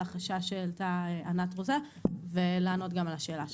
על החשש שהעלתה ענת רוזה ולענות גם על השאלה שלך.